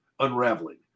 unraveling